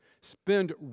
Spend